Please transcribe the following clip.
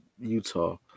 Utah